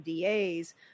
DAs